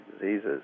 diseases